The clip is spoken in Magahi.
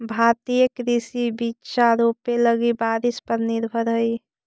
भारतीय कृषि बिचा रोपे लगी बारिश पर निर्भर हई